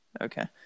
okay